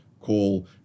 call